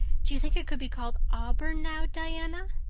do you think it could be called auburn now, diana?